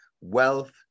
wealth